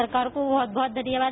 सरकार को बहुत बहुत धन्यवाद